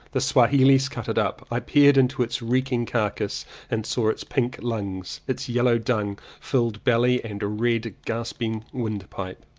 the swahilees cut it up. i peered into its reeking carcass and saw its pink lungs, its yellow dung filled belly and red gasping windpipe.